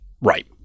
Right